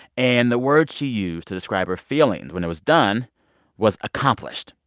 and the words she used to describe her feelings when it was done was accomplished.